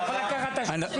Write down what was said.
אני יכול לקחת את --- שלך?